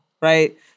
Right